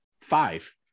five